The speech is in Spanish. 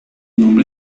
nombre